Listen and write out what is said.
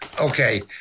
Okay